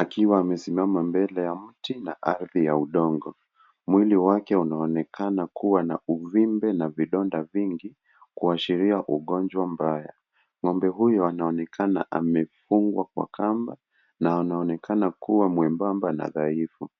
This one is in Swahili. akiwa amesimama mbele ya mti na ardhi ya udongo. Mwili wake unaonekana kuwa na uvimbe na vidonda vingi kuashiria ugonjwa mbaya. Ng'ombe huyo anaonekana amefungwa kwa kamba na anaonekana kuwa mwembamba na dhaifu.